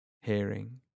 hearing